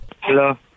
hello